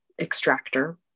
extractor